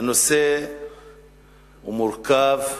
הנושא הוא מורכב,